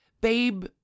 Babe